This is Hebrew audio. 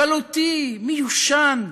גלותי, מיושן,